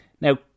Now